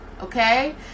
okay